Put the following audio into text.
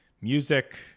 music